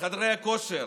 חדרי הכושר?